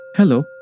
Hello